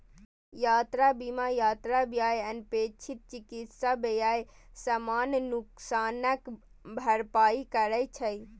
यात्रा बीमा यात्रा व्यय, अनपेक्षित चिकित्सा व्यय, सामान नुकसानक भरपाई करै छै